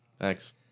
Thanks